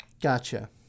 Gotcha